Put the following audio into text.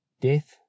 death